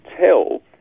tell